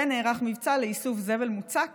ונערך מבצע לאיסוף זבל מוצק